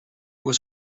was